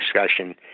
discussion